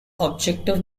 objective